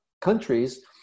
countries